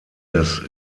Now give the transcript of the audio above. des